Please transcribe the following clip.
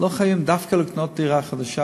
לא חייבים לקנות דווקא דירה חדשה,